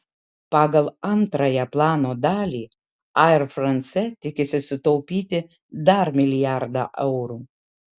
pagal antrąją plano dalį air france tikisi sutaupyti dar milijardą eurų